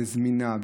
זמינה,